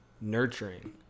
nurturing